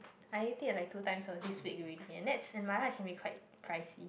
I ate it like two times uh this week already and that's and mala can be quite pricey